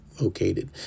located